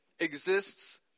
exists